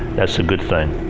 that's a good thing.